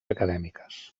acadèmiques